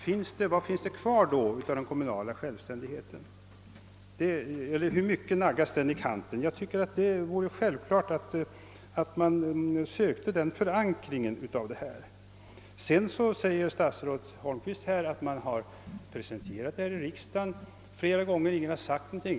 Hur mycket naggas den kom munala självständigheten då i kanten, och vad blir det kvar av den? Det borde vara självklart att man sökte den förankringen. Statsrådet Holmqvist förklarar vidare att man har presenterat detta förslag i riksdagen flera gånger men att ingen har sagt någonting.